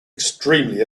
extremely